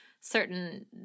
certain